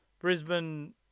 Brisbane